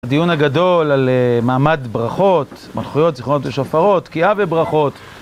הדיון הגדול על מעמד ברכות, מתחויות, זיכרונות ושפרות, תקיעה וברכות.